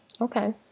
Okay